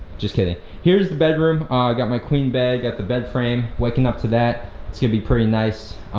just kidding, here's the bedroom. i got my queen bed, got the bed frame, waking up to that it's gonna be pretty nice,